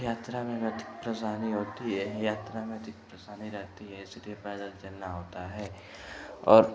यात्रा में अगर अधिक परेशानी होती है यात्रा में अधिक परेशानी रहती है इसलिए पैदल चलना होता है और